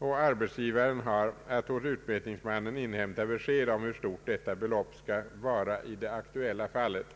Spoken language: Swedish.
Arbetsgivaren har att hos utmätnings mannen inhämta besked om hur stort detta belopp skall vara i det aktuella fallet.